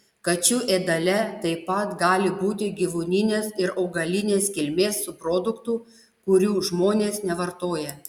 kačių ėdale taip pat gali būti gyvūnines ir augalinės kilmės subproduktų kurių žmonės nevartoja